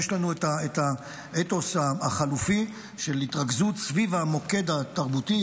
יש לנו את האתוס החלופי של התרכזות סביב המוקד התרבותי,